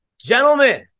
Gentlemen